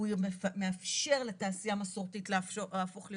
הוא מאפשר לתעשייה המסורתית להפוך להיות